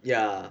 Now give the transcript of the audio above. ya